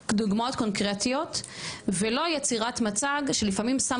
אבל דוגמאות קונקרטיות ולא יצירת מצג שלפעמים שם